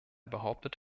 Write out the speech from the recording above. behauptet